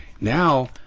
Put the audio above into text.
Now